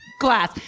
glass